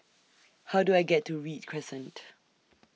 How Do I get to Read Crescent